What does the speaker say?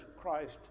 Christ